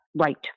Right